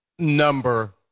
Number